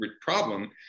problem